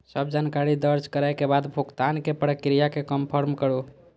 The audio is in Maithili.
सब जानकारी दर्ज करै के बाद भुगतानक प्रक्रिया कें कंफर्म करू